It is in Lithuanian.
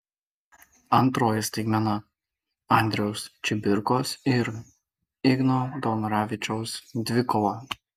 antroji staigmena andriaus čibirkos ir igno daunoravičiaus dvikova